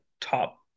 top